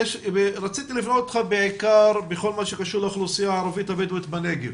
רציתי לשאול אותך בעיקר בכל מה שקשור לאוכלוסייה הערבית הבדואית בנגב,